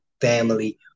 family